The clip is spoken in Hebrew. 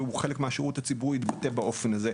חלק מהשירות הציבורי יתבטא באופן הזה.